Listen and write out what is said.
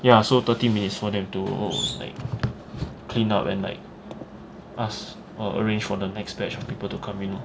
ya so thirty minutes for them to like clean up and like us or arrange for the next batch for people to come in lor